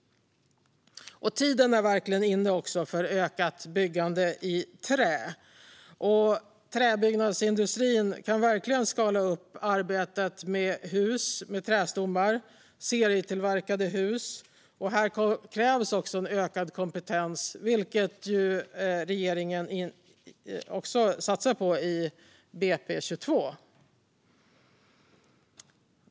Tiden är verkligen tiden inne för ökat byggande i trä. Träbyggnadsindustrin kan skala upp arbetet med hus med trästommar och serietillverkade hus. Här krävs ökad kompetens, vilket regeringen satsar på i BP 2022.